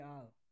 Al